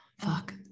fuck